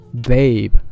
babe